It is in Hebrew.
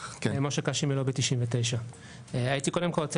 משה קאשי מלובי 99. הייתי קודם כל רוצה